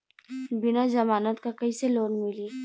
बिना जमानत क कइसे लोन मिली?